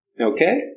okay